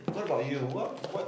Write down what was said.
what about you what what